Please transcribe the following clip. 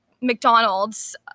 McDonald's